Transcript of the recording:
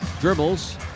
dribbles